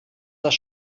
das